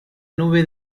nube